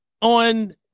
on